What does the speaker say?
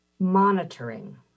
monitoring